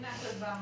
הנה הכלבה.